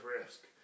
Risk